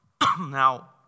Now